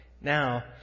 now